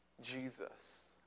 Jesus